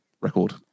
record